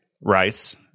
rice